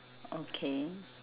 okay